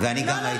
אופיר, רגע.